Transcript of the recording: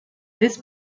this